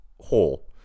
hole